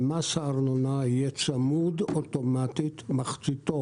שמס הארנונה יהיה צמוד אוטומטית: מחציתו